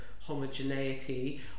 homogeneity